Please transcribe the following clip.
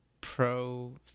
pro